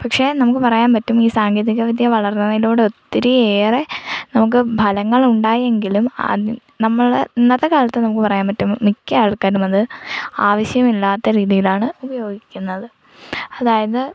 പക്ഷേ നമുക്ക് പറയാൻ പറ്റും ഈ സാങ്കേതികവിദ്യ വളർന്നതിലൂടെ ഒത്തിരി ഏറെ നമുക്ക് ഫലങ്ങൾ ഉണ്ടായി എങ്കിലും അത് നമ്മൾ ഇന്നത്തെ കാലത്ത് നമുക്ക് പറയാൻ പറ്റും മിക്ക ആൾക്കാരും അത് ആവശ്യം ഇല്ലാത്ത രീതിയിലാണ് ഉപയോഗിക്കുന്നത് അതായത്